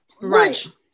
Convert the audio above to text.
right